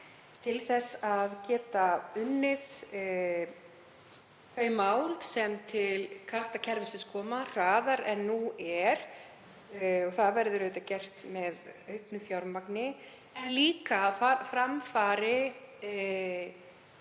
til þess að geta unnið þau mál sem koma til kasta kerfisins, hraðar en nú er, og það verður auðvitað gert með auknu fjármagni, en líka að fram fari